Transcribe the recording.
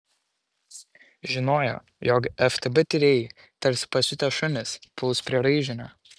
žinojo jog ftb tyrėjai tarsi pasiutę šunys puls prie raižinio